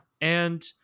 and-